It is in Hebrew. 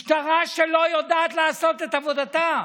משטרה שלא יודעת לעשות את עבודתה,